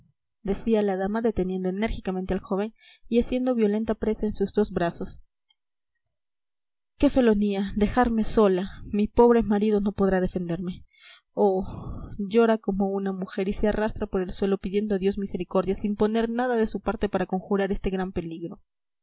decía la dama deteniendo enérgicamente al joven y haciendo violenta presa en sus dos brazos qué felonía dejarme sola mi pobre marido no podrá defenderme oh llora como una mujer y se arrastra por el suelo pidiendo a dios misericordia sin poner nada de su parte para conjurar este gran peligro